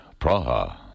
Praha